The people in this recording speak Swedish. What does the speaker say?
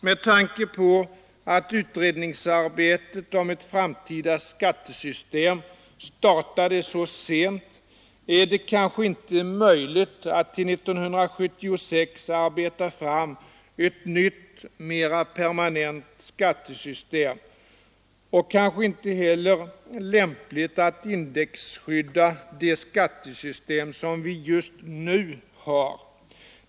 Med tanke på att utredningsarbetet om ett framtida skattesystem startade så sent är det kanske inte möjligt att till 1976 arbeta fram ett nytt, mera permanent skattesystem och kanske inte heller lämpligt att indexskydda det skattesystem som vi just nu har.